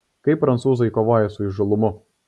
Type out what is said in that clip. kaip prancūzai kovoja su įžūlumu